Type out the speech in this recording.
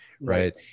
right